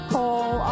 Call